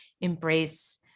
embrace